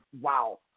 wow